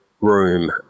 room